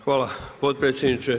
Hvala potpredsjedniče.